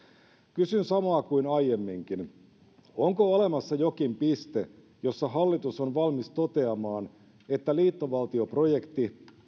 kysyn samaa kuin aiemminkin onko olemassa jokin piste jossa hallitus on valmis toteamaan että liittovaltioprojekti